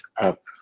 up